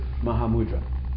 Mahamudra